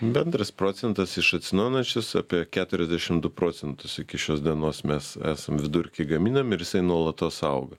bendras procentas iš atsinaujinančios apie keturiasdešim du procentus iki šios dienos mes esam vidurkį gaminam ir jisai nuolatos auga